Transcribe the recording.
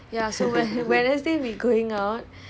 then like